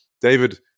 David